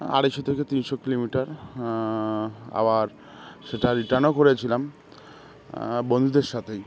আড়াইশো থেকে তিনশো কিলোমিটার আবার সেটা রিটার্নও করেছিলাম বন্ধুদের সাথেই